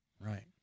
right